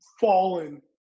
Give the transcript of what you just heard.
fallen